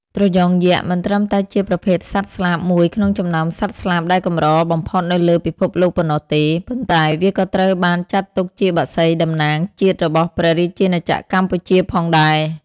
ត្រយងយក្ស មិនត្រឹមតែជាប្រភេទសត្វស្លាបមួយក្នុងចំណោមសត្វស្លាបដែលកម្របំផុតនៅលើពិភពលោកប៉ុណ្ណោះទេ ប៉ុន្តែវាក៏ត្រូវបានចាត់ទុកជាបក្សីតំណាងជាតិរបស់ព្រះរាជាណាចក្រកម្ពុជាផងដែរ។